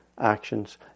actions